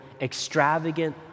extravagant